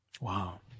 Wow